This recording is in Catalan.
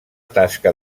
tasca